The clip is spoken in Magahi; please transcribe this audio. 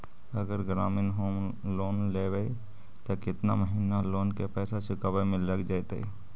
अगर ग्रामीण होम लोन लेबै त केतना महिना लोन के पैसा चुकावे में लग जैतै?